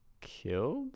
killed